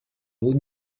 haut